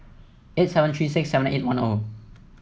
eight seven three six seven eight one O